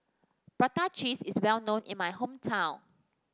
Prata Cheese is well known in my hometown